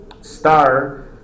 star